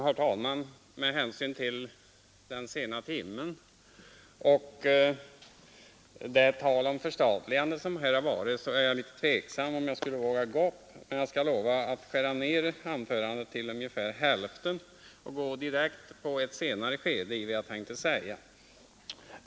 Herr talman! Med hänsyn till den sena timmen och förstatligandet som det här har talats om var jag litet tveksam om huruvida jag skulle våga gå upp i talarstolen. Men jag lovar att skära ned mitt anförande till ungefär hälften av vad jag hade ämnat säga.